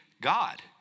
God